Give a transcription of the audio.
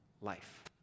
life